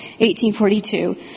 1842